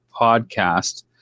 Podcast